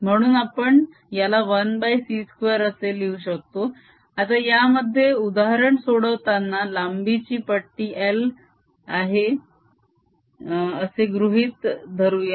म्हणून आपण याला 1c2 असे लिहू शकतो आता यामध्ये उदाहरण सोडवताना लांबी ची पट्टी l आहे असे गृहीत धरूया